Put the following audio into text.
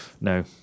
No